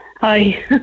Hi